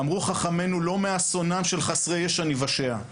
אמרו חכמינו "לא מאסונם של חסרי ישע ניוושע".